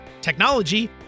technology